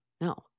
no